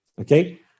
okay